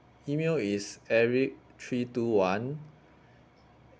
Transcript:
email is eric three two one